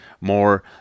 more